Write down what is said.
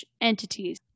entities